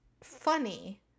funny